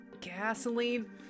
gasoline